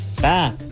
back